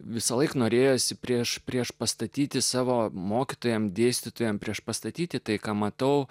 visąlaik norėjosi prieš priešpastatyti savo mokytojams dėstytojams priešpastatyti tai ką matau